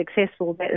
successful